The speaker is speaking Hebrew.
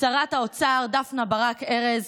שרת האוצר, דפנה ברק ארז,